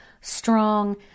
strong